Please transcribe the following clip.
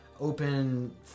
open